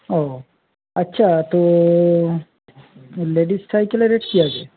ও আচ্ছা তো লেডিস সাইকেলের রেট কী আছে